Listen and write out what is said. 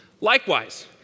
Likewise